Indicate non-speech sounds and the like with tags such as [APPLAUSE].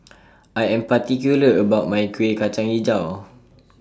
[NOISE] I Am particular about My Kueh Kacang Hijau